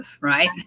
right